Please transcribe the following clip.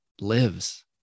lives